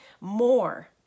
more